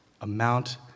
amount